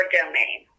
domain